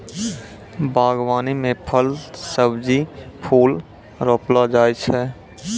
बागवानी मे फल, सब्जी, फूल रौपलो जाय छै